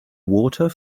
water